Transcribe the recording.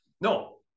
no